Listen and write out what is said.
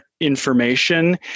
information